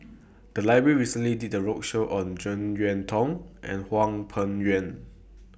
The Library recently did A roadshow on Jek Yeun Thong and Hwang Peng Yuan